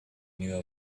knew